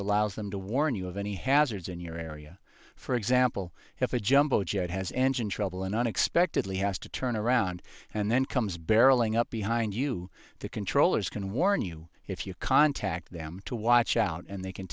allows them to warn you of any hazards in your area for example if a jumbo jet has engine trouble and unexpectedly has to turn around and then comes barreling up behind you the controllers can warn you if you contact them to watch out and they can